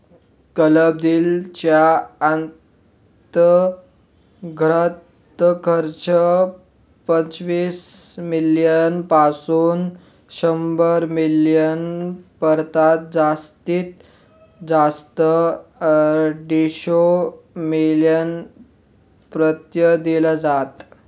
club deal च्या अंतर्गत कर्ज, पंचवीस मिलीयन पासून शंभर मिलीयन पर्यंत जास्तीत जास्त दीडशे मिलीयन पर्यंत दिल जात